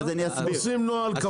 עושים נוהל קבוע.